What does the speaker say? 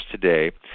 today